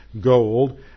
gold